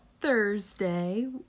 Thursday